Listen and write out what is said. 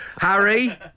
Harry